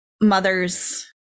mother's